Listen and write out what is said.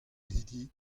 hiziv